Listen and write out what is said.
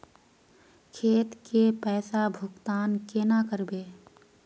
खेत के पैसा भुगतान केना करबे?